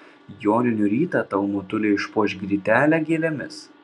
joninių rytą tau motulė išpuoš grytelę gėlėmis